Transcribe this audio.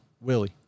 Willie